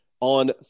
on